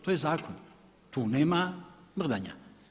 To je zakon, tu nema mrdanja.